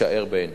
יישאר בעינו.